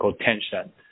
tension